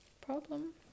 problem